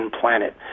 planet